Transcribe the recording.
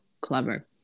clever